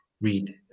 read